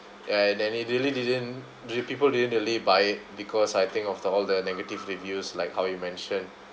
ya and then it really didn't re~ people didn't really buy it because I think of the all the negative reviews like how you mentioned